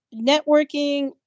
networking